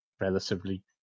relatively